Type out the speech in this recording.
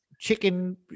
chicken